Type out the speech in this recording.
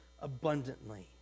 abundantly